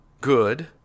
good